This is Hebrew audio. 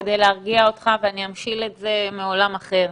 כדי להרגיע אותך ואני אמשיל את זה מעולם אחר.